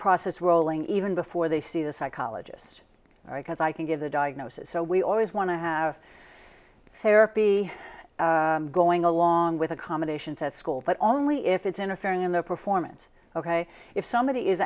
process rolling even before they see the psychologist because i can give a diagnosis so we always want to have therapy going along with accommodations at school but only if it's interfering in the performance ok if somebody is